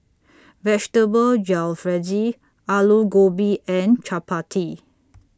Vegetable Jalfrezi Alu Gobi and Chapati